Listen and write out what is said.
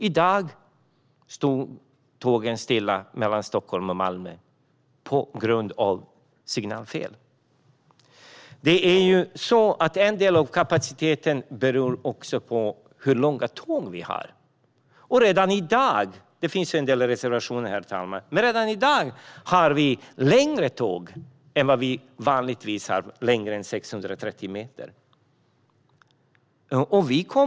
I dag stod tågen stilla mellan Stockholm och Malmö på grund av signalfel. En del av kapaciteten beror också på hur långa tågen är. Det finns en del reservationer, men redan i dag finns längre tåg än vad som vanligtvis används. De är längre än 630 meter.